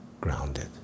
Grounded